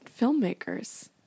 filmmakers